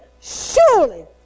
surely